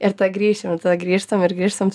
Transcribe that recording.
ir tada grįšim tada grįžtam grįžtam